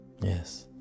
Yes